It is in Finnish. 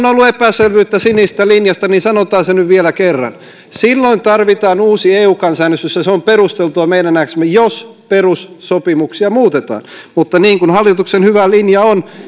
ollut epäselvyyttä sinisestä linjasta niin sanotaan se nyt vielä kerran silloin tarvitaan uusi eu kansanäänestys ja se on perusteltua meidän nähdäksemme jos perussopimuksia muutetaan mutta niin kuin hallituksen hyvä linja on